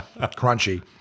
crunchy